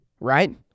right